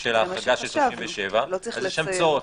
של ההחרגה של 37, אז אין צורך.